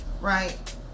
right